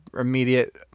immediate